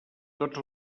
tots